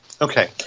Okay